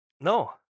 No